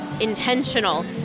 intentional